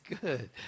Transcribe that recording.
good